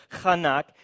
chanak